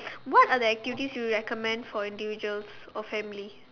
what are the activities you recommend for individuals or families